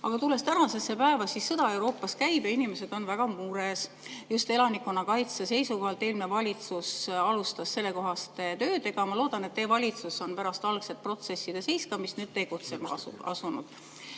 Aga tulles tänasesse päeva, sõda Euroopas käib ja inimesed on väga mures just elanikkonnakaitse seisukohalt. Eelmine valitsus alustas sellekohaste töödega, ma loodan, et teie valitsus on pärast algset protsesside seiskamist nüüd tegutsema asunud.